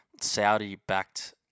Saudi-backed